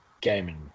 gaming